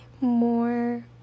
more